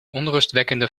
onrustwekkende